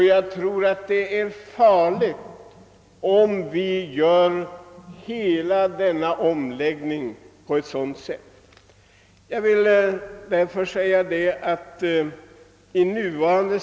Jag tror det är farligt att genomföra hela denna omläggning på det sätt som nu sker.